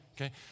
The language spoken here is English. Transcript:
Okay